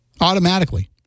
automatically